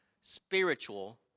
Spiritual